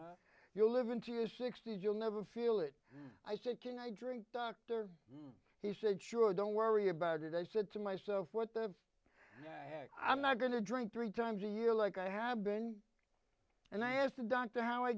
is you'll live until you sixty you'll never feel it i said can i drink dr he said sure don't worry about it i said to myself what the i'm not going to drink three times a year like i have been and i asked the doctor how i